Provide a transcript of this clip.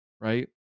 right